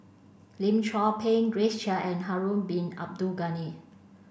Lim Chor Pee Grace Chia and Harun bin Abdul Ghani